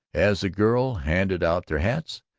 as the girl handed out their hats,